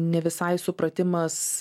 ne visai supratimas